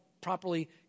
properly